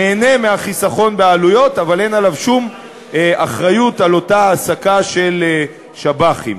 נהנה מהחיסכון בעלויות אבל אין עליו שום אחריות לאותה העסקה של שב"חים.